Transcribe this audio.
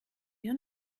wir